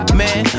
man